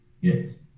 yes